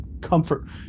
comfort